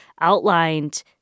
outlined